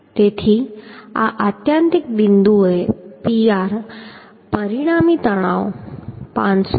તેથી આ આત્યંતિક બિંદુએ Pr પરિણામી તણાવ 539